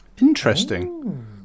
Interesting